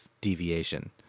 deviation